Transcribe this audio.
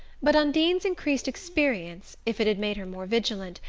but undine's increased experience, if it had made her more vigilant,